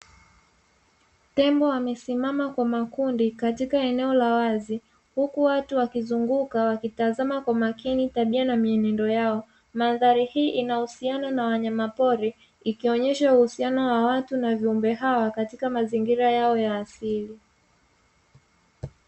Tembo wamesimama kwa makundi katika eneo la wazi, huku watu wakizunguka wakitazama kwa makini tabia na mienendo yao. Mandhari hii inahusiana na wanyama pori, ikionyesha uhusiano wa watu, na viumbe hawa katika mazingira yao ya asili.